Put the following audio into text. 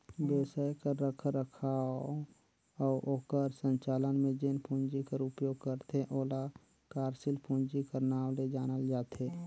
बेवसाय कर रखरखाव अउ ओकर संचालन में जेन पूंजी कर उपयोग करथे ओला कारसील पूंजी कर नांव ले जानल जाथे